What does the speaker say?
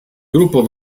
gruppo